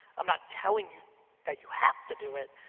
i'm not telling you that you have to do it,